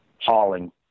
hauling